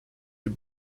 you